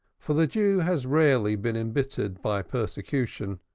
for the jew has rarely been embittered by persecution.